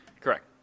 Correct